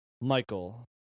Michael